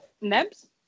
Nebs